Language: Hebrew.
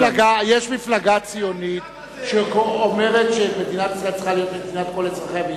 יש מפלגה ציונית שאומרת שמדינת ישראל צריכה להיות מדינת כל אזרחיה.